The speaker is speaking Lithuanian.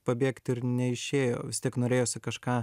pabėgt ir neišėjo vis tiek norėjosi kažką